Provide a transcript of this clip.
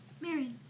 Mary